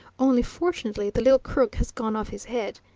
only fortunately the little crook has gone off his head.